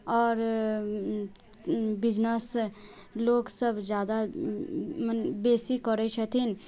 आओर बिजनेस लोकसब जादा बेसी करै छथिन